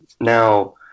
Now